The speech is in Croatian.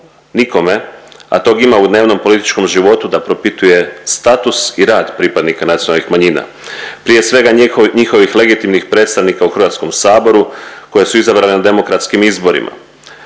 a tog ima u dnevnopolitičkom životu da propituje status i rad pripadnika nacionalnih manjina, prije svega njihovih legitimnih predstavnika u HS koje su izabrane na demokratskih izborima.